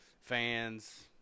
fans